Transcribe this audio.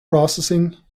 processing